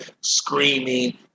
screaming